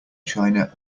china